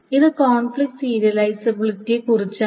ഇത് കോൺഫ്ലിക്റ്റ് സീരിയലൈസബിലിറ്റിയെക്കുറിച്ചാണ്